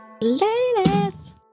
Ladies